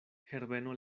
herbeno